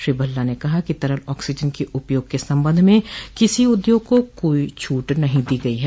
श्री भल्ला ने कहा तरल ऑक्सीजन के उपयोग के संबंध में किसी उद्योग को कोई छूट नहीं दी गई है